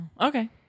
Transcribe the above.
okay